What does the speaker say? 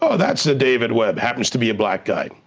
ah that's the david webb. happens to be a black guy.